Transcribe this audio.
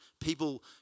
people